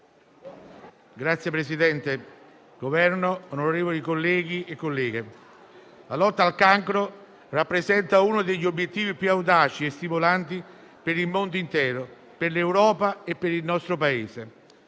membri del Governo, onorevoli colleghi e colleghe, la lotta al cancro rappresenta uno degli obiettivi più audaci e stimolanti per il mondo intero, per l'Europa e per il nostro Paese.